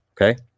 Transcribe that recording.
Okay